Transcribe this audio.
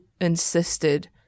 insisted